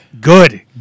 Good